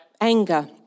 Anger